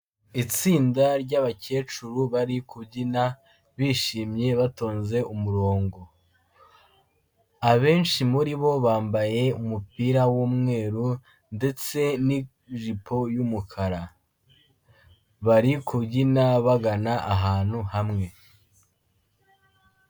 Itsinda ry'abakecuru bari kubyina bishimye batonze umurongo, abenshi muri bo bambaye umupira w'umweru ndetse n'ijipo y'umukara, bari kubyina bagana ahantu hamwe.